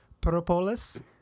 propolis